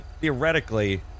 theoretically